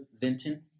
Vinton